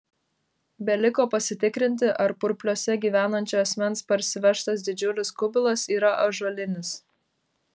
beliko pasitikrinti ar purpliuose gyvenančio asmens parsivežtas didžiulis kubilas yra ąžuolinis